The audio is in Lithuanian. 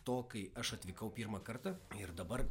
to kai aš atvykau pirmą kartą ir dabar